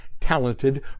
talented